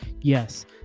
yes